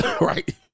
right